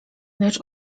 lecz